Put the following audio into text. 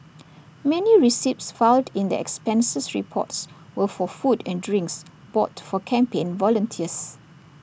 many receipts filed in the expenses reports were for food and drinks bought for campaign volunteers